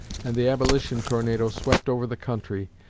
and the abolition tornado swept over the country,